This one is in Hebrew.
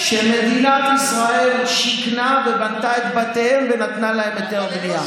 שמדינת ישראל שיכנה ובנתה את בתיהם ונתנה להם היתר בנייה.